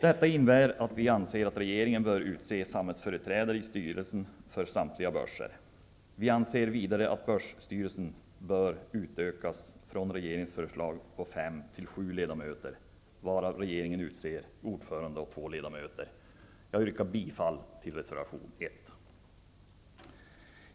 Det innebär att vi anser att regeringen bör utse samhällsföreträdare i styrelsen för samtliga börser. Vi anser vidare att börsstyrelsen bör utökas från fem till sju ledamöter, varav regeringen utser ordförande och två ledamöter. Jag yrkar bifall till reservation 1.